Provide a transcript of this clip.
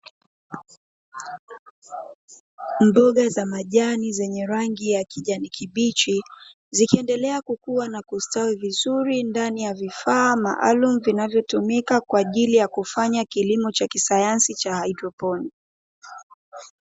Mboga za majani zenye rangi ya kijani kibichi, zikiendelea kukua na kustawi vizuri ndani ya vifaa maalumu vinavyotumika kwa ajili ya kufanya kilimo cha kisayansi cha haidroponi.